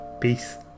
Peace